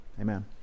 amen